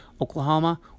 Oklahoma